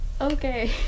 Okay